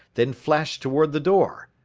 then flashed toward the door.